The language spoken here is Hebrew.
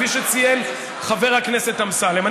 כפי שציין חבר הכנסת אמסלם?